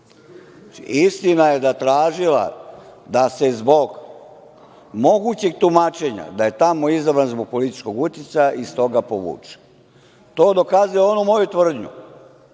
istina je da je tražila da se zbog mogućeg tumačenja da je tamo izabran zbog političkog uticaja iz toga povuče. To dokazuje onu moju tvrdnju